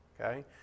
okay